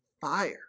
Fire